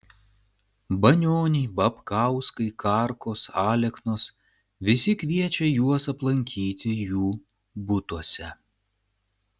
banioniai babkauskai karkos aleknos visi kviečia juos aplankyti jų butuose